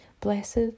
blessed